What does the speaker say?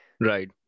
Right